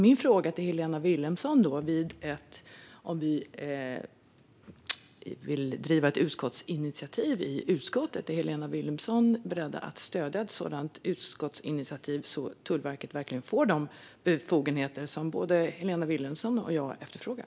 Min fråga till Helena Vilhelmsson är följande: Är Helena Vilhelmsson beredd att stödja ett utskottsinitiativ om vi vill driva på för ett sådant, så att Tullverket verkligen får de befogenheter som både Helena Vilhelmsson och jag efterfrågar?